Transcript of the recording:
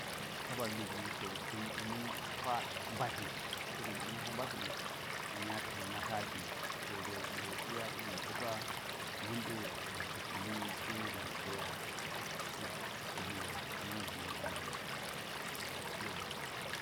Kapat lubi wu to da̱n ɗe hwa mbatli ka̱ da̱nɗe ma̱n hwa mbatl wu a nya taima ki sogo yekɗe iya ilgwe depa mbunɗe da ta̱k pa̱li ka̱ da̱nti gwa sak kili gwa wu ta̱ nya zini an da ni a pa̱l hwol tuki.